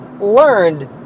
learned